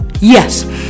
Yes